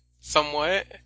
somewhat